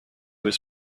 was